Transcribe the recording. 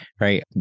right